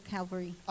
Calvary